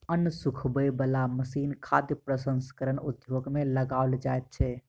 अन्न सुखबय बला मशीन खाद्य प्रसंस्करण उद्योग मे लगाओल जाइत छै